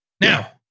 Now